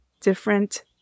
different